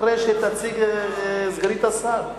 אחרי שסגנית השר תציג.